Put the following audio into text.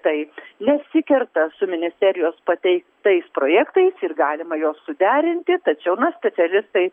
tai nesikerta su ministerijos pateiktais projektais ir galima juos suderinti tačiau na specialistai